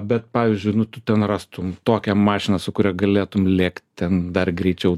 bet pavyzdžiui nu tu ten rastum tokią mašiną su kuria galėtum lėkt ten dar greičiau